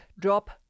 drop